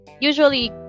usually